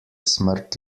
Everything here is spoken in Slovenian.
smrt